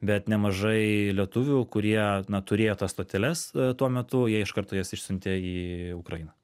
bet nemažai lietuvių kurie na turėjo tas stoteles tuo metu jie iš karto jas išsiuntė į ukrainą